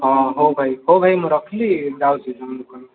ହଁ ହଉ ଭାଇ ହଉ ଭାଇ ମୁଁ ରଖିଲି ଯାଉଛି